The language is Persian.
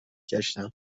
گشتم